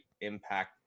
impact